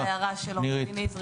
ביחס להערה של נזרי,